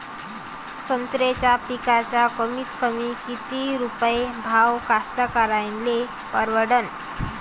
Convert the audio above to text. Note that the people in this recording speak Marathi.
संत्र्याचा पिकाचा कमीतकमी किती रुपये भाव कास्तकाराइले परवडन?